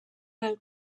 del